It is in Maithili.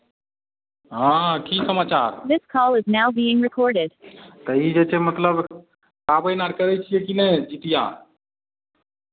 हँ की समाचार this call is now being recorded तऽ ई जे छै मतलब पाबनि आर करै छियै कि नहि जितिया